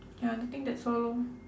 ya I think that's all